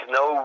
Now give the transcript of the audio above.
no